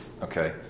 Okay